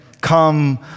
Come